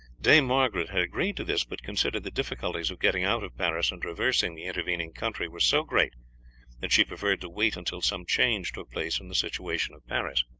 dame margaret had agreed to this, but considered the difficulties of getting out of paris and traversing the intervening country were so great that she preferred to wait until some change took place in the situation of paris.